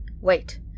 Wait